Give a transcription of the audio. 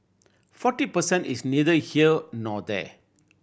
forty per cent is neither here nor there